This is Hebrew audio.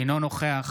אינו נוכח